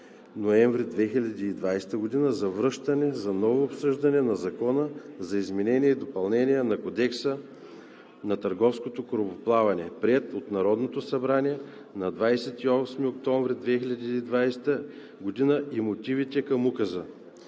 ноември 2020 г., за връщане за ново обсъждане на Закона за изменение и допълнение на Кодекса на търговското корабоплаване, приет от Народното събрание на 28 октомври 2020 г., и мотивите към указа.